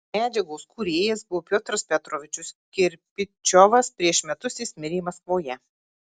medžiagos kūrėjas buvo piotras petrovičius kirpičiovas prieš metus jis mirė maskvoje